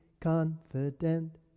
confident